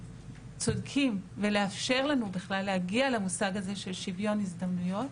צודקים ולאפשר לנו בכלל להגיע למושג הזה של שוויון הזדמנויות,